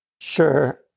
Sure